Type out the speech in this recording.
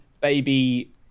baby